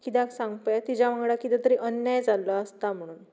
कित्याक सांग पळोवया तिज्या वांगडा कितें तरी अन्याय जाल्लो आसता म्हणून